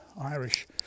Irish